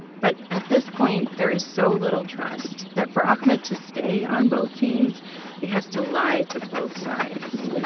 but at this point, there is so little trust that for ahmed to stay on both teams he has to lie to both sides.